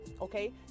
Okay